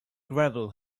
gravel